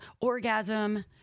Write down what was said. orgasm